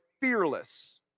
fearless